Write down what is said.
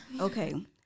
okay